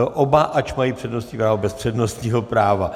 Oba, ač mají přednostní právo, bez přednostního práva.